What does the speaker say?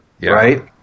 right